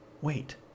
Wait